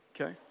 Okay